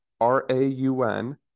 R-A-U-N